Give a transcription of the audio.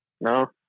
No